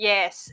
Yes